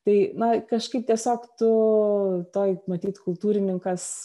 tai na kažkaip tiesiog tu toj matyt kultūrininkas